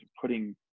putting